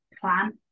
plan